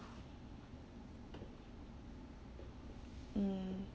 mm